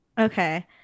Okay